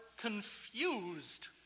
confused